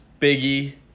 Biggie